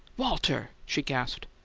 walter! she gasped.